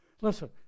Listen